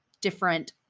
different